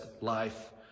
life